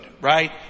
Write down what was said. right